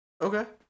Okay